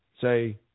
say